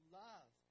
love